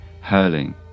hurling